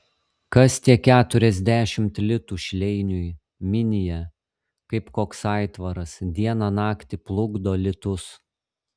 kas tie keturiasdešimt litų šleiniui minija kaip koks aitvaras dieną naktį plukdo litus